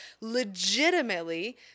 legitimately